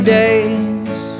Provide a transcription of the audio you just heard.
days